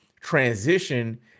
transition